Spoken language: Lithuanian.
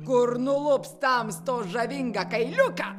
kur nulups tamstos žavingą kailiuką